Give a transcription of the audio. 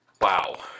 wow